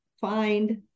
find